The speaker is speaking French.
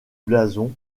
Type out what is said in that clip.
blason